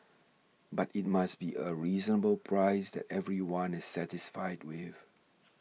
but it must be a reasonable price that everyone is satisfied with